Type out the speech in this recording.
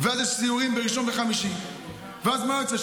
ואז יש סיורים בראשון וחמישי, ואז, מה יוצא?